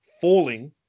falling